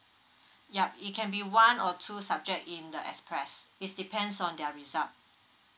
yup it can be one or two subject in the express its depends on their result